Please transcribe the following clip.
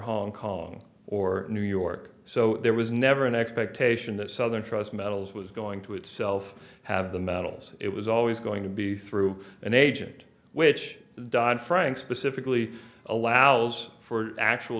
hong kong or new york so there was never an expectation that southern trust metals was going to itself have the metals it was always going to be through an agent which dodd frank specifically allows for actual